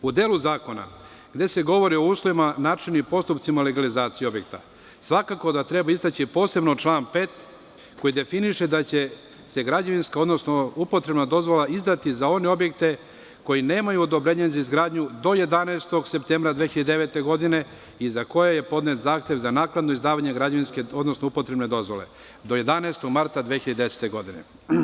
U delu zakona gde se govori o uslovima, načinu i postupcima legalizacije objekta, svakako da treba istaći posebno član 5. koji definiše da će se građevinska odnosno upotrebna dozvola izdati za one objekte koji nemaju odobrenje za izgradnju do 11. septembra 2009. godine i za koje je podnet zahtev za naknadno izdavanje građevinske odnosno upotrebne dozvole do 11. marta 2010. godine.